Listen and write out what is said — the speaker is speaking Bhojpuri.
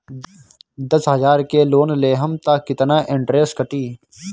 दस हजार के लोन लेहम त कितना इनट्रेस कटी?